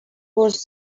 was